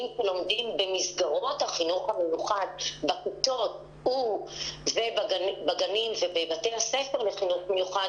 שלומדים במסגרות החינוך המיוחד בכיתות ובגנים ובבתי הספר לחינוך מיוחד